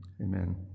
amen